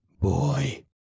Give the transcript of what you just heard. boy